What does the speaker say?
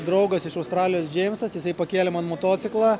draugas iš australijos džeimsas jisai pakėlė man motociklą